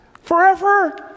Forever